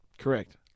Correct